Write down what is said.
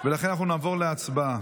ולכן אנחנו נעבור להצבעה.